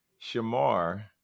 Shamar